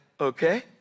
okay